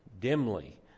dimly